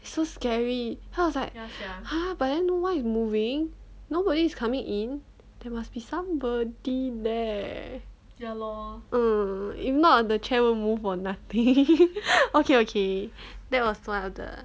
it's so scary then I was like ha but then no one is moving nobody is coming in there must be somebody there um if not the chair won't move for nothing okay okay that was one of the